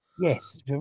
Yes